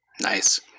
nice